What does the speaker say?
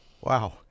Wow